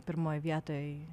pirmoj vietoj